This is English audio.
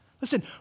Listen